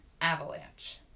avalanche